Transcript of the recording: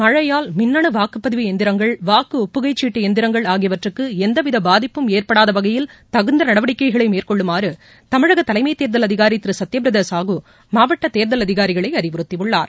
மழையால் மின்னனு வாக்குப்பதிவு எந்திரங்கள் வாக்கு ஒப்புகைச் சீட்டு எந்திரங்கள் ஆகியவற்றுக்கு எந்தவித பாதிப்பும் ஏற்படாத வகையில் தகுந்த நடவடிக்கைகளை மேற்கொள்ளுமாறு தமிழக தலைமை தேர்தல் அதிகாரி திரு சத்ய பிரதா சாஹூ மாவட்ட தேர்தல் அதிகாரிகளை அறிவறுத்தியுள்ளார்